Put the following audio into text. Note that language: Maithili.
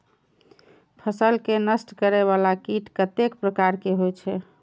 फसल के नष्ट करें वाला कीट कतेक प्रकार के होई छै?